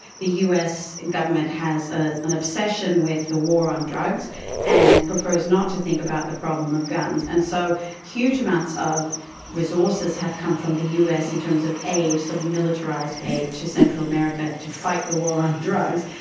the us government has ah an obsession with the war on drugs and prefers not to think about the problem of guns. and so huge amounts of resources have come from the us in terms of militarised aid sort of militarised aid to central america to fight the war on drugs,